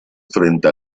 frente